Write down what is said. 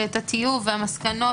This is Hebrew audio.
טיוב ומסקנות,